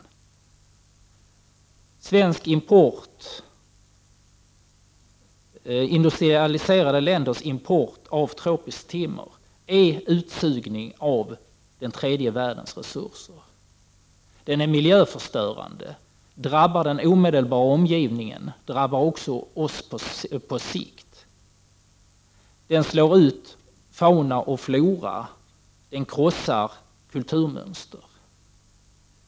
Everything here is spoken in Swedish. Den svenska importen — de industrialiserade ländernas import — av tropiskt timmer är utsugning av tredje världens resurser. Den är miljöförstörande, den drabbar den omedelbara omgivningen och drabbar också på sikt. Den slår ut fauna och flora, den krossar kulturmönster.